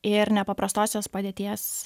ir nepaprastosios padėties